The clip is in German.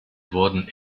wurden